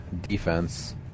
defense